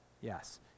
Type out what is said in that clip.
yes